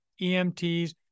EMTs